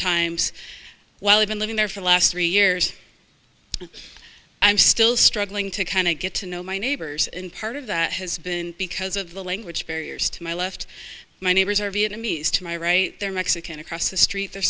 times while i've been living there for the last three years i'm still struggling to kind of get to know my neighbors and part of that has been because of the language barriers to my left my neighbors or vietnamese to my right there mexican across the street